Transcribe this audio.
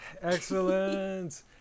excellent